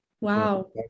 Wow